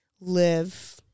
live